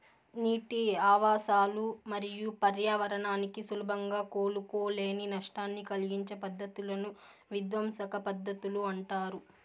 నీటి ఆవాసాలు మరియు పర్యావరణానికి సులభంగా కోలుకోలేని నష్టాన్ని కలిగించే పద్ధతులను విధ్వంసక పద్ధతులు అంటారు